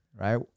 right